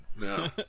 No